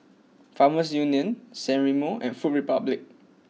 Farmers Union San Remo and Food Republic